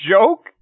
joke